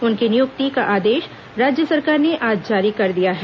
उनकी नियुक्ति का आदेश राज्य सरकार ने आज जारी कर दिया है